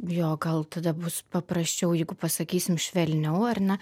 jo gal tada bus paprasčiau jeigu pasakysim švelniau ar ne